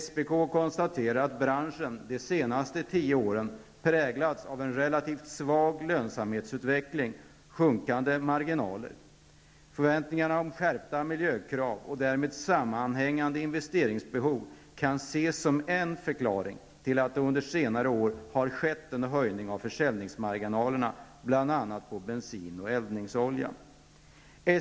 SPK konstaterar att branschen de senaste tio åren präglats av en relativt svag lönsamhetsutveckling och sjunkande marginaler. Förväntningar på skärpta miljökrav, och därmed sammanhängande investeringsbehov, kan ses som en förklaring till att det under senare år har skett en höjning av försäljningsmarginalerna bl.a. för bensin och eldningsolja.